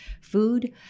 food